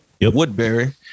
Woodbury